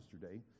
yesterday